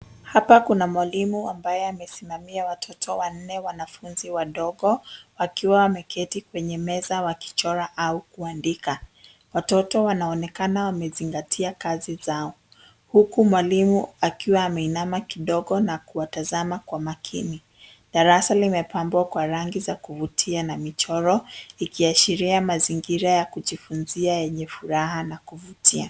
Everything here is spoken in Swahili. Hapa kuna mwalimu ambaye amesimamia watoto wanne wanafunzi wadogo. Wakiwa wameketi kwenye meza wakichora au kuandika. Watoto wanaonekana wamezingatia kazi zao. Huku mwalimu akiwa ameinama kidogo na kuwatazama kwa makini. Darasa limepambwa kwa rangi za kuvutia na michoro, ikiashiria mazingira ya kujifunzia yenye furaha na kuvutia.